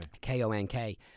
K-O-N-K